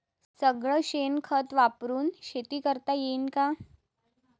सगळं शेन खत वापरुन शेती करता येईन का?